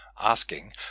asking